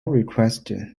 requested